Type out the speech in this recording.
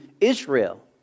Israel